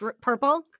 purple